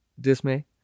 dismay